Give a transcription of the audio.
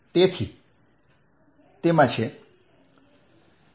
તેથી તેમાં છે